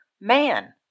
man